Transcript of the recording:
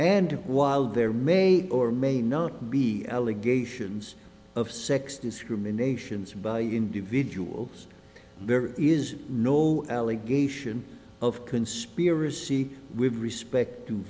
and while there may or may not be allegations of sex discrimination by individuals there is no allegation of conspiracy with respect to